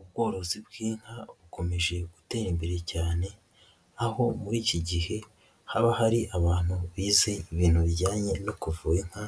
Ubworozi bw'inka bukomeje gutera imbere cyane aho muri iki gihe haba hari abantu bize ibintu bijyanye no kuvura inka,